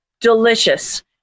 delicious